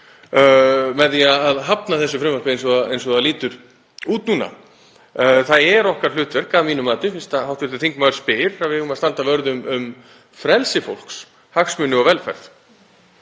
með því að hafna þessu frumvarpi eins og það lítur út núna. Það er okkar hlutverk, að mínu mati fyrst hv. þingmaður spyr, að við eigum að standa vörð um frelsi fólks, hagsmuni og velferð.